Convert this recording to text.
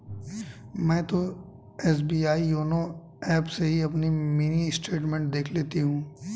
मैं तो SBI YONO app से ही अपनी मिनी स्टेटमेंट देख लेती हूँ